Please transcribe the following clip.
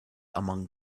among